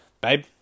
Babe